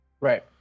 Right